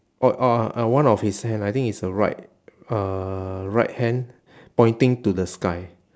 oh ah uh one of his hand I think it's the right uh right hand pointing to the sky